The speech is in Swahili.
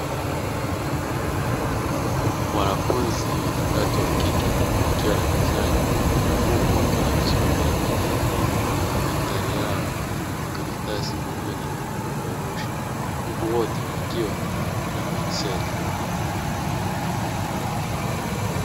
Wanafunzi watatu wa kike wakiwa darasani huku wakiwa wanajisomea kwenye madaftari yao, makaratasi pamoja na vipeperushi huku wote wakiwa na penseli.